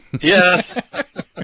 Yes